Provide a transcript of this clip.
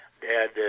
Dad